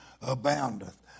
aboundeth